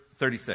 36